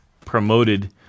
promoted